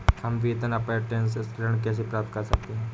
हम वेतन अपरेंटिस ऋण कैसे प्राप्त कर सकते हैं?